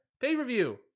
Pay-per-view